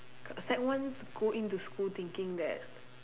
sec ones go in to school thinking that